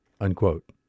Unquote